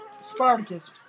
Spartacus